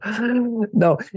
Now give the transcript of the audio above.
No